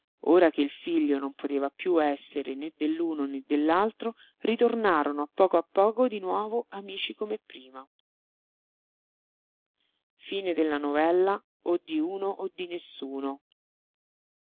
ora che il figlio non poteva piú essere né dell'uno né dell'altro ritornarono a poco a poco di nuovo amici come prima con